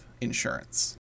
insurance